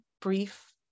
brief